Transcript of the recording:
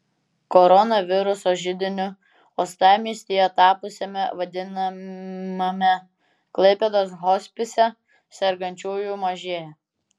koronaviruso židiniu uostamiestyje tapusiame vadinamame klaipėdos hospise sergančiųjų mažėja